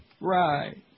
right